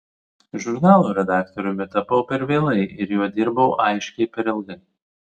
žurnalo redaktoriumi tapau per vėlai ir juo dirbau aiškiai per ilgai